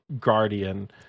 guardian